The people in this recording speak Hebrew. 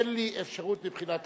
אין לי אפשרות, מבחינה תקנונית,